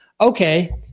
Okay